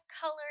color